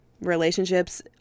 Relationships